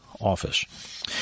office